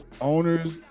owners